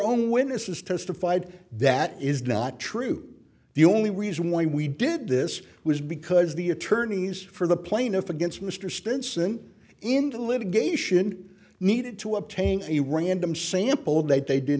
own witnesses testified that is not true the only reason why we did this was because the attorneys for the plaintiff against mr stenson in the litigation needed to obtain a random sample date they did